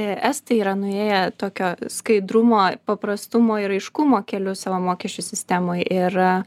estai yra nuėję tokio skaidrumo paprastumo ir aiškumo keliu savo mokesčių sistemoj ir